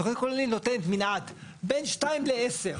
תוכנית כוללנית נותנת מנעד בין 2 ל-10.